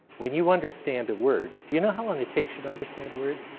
when you understand a word do you know how long it takes you to understand a word?